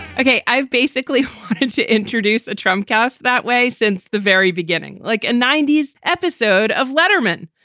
ok. i've basically had to introduce a trump cast that way since the very beginning. like a ninety s episode of letterman.